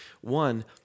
One